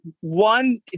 one